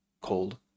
cold